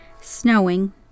snowing